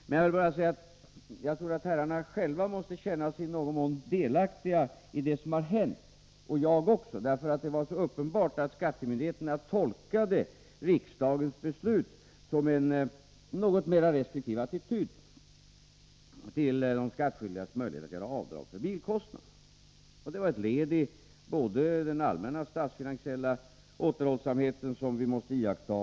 Men jag vill säga att jag tror att herrarna själva måste känna sig i någon mån delaktiga i det som hänt — och jag också. Det var nämligen så uppenbart att skattemyndigheterna tolkade riksdagens beslut som en något mer restriktiv attityd när det gäller de skattskyldigas möjlighet att göra avdrag för bilkostnader. Det var ett led iden allmänna statsfinansiella återhållsamhet som vi måste iaktta.